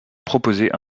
proposer